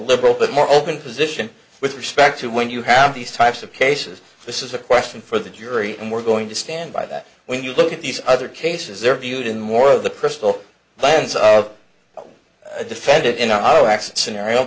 liberal but more open position with respect to when you have these types of cases this is a question for the jury and we're going to stand by that when you look at these other cases they're viewed in more of the crystal lands of a defended in an auto accident